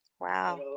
wow